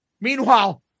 Meanwhile